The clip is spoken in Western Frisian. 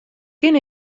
kin